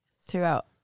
throughout